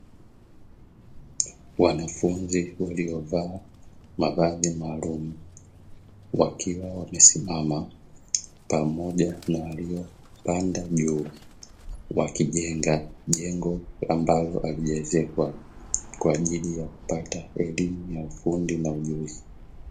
Wanafunzi waliovaa mavazi maalumu, wakiwa wamesimama pamoja na waliopanda juu wakijenga jengo ambalo halijaezekwa, kwa ajili ya kupata elimu ya ufundi na ubunifu.